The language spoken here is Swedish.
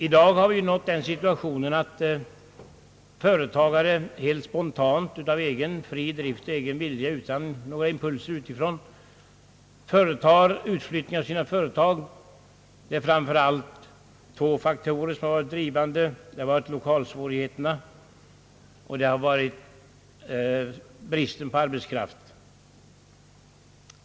I dag har vi nått den situationen att företagare helt spontant, av egen fri vilja och utan några impulser utifrån flyttar sina företag från Stockholm av framför allt två skäl: lokalsvårigheter och brist på arbetsxraft.